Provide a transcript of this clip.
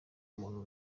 muntu